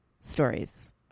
stories